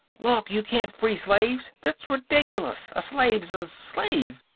look, you can't free slaves! that's ridiculous. a slave's a slave!